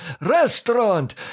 restaurant